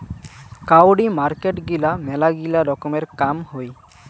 কাউরি মার্কেট গিলা মেলাগিলা রকমের কাম হই